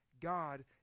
God